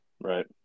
Right